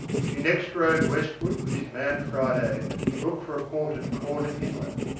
he next rode westward with his man friday to look for a port at corner inlet,